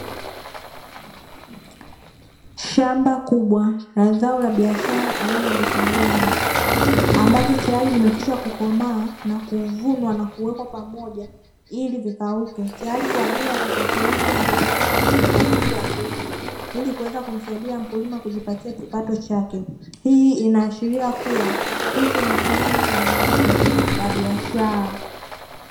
Shamba kubwa la zao la biashara aina ya vitunguu maji. Ambavyo tayari vimekwisha kukomaa na kuvunwa na kuwekwa pamoja ili vikauke, tayari kwa ajili ya kusafirishwa na kupelekwa sokoni kwa ajili ya kuuzwa, ili kuweza kumsaidia mkulima kujipatia kipato chake. Hii inaashiria kuwa hicho ni kilimo cha mazao ya biashara.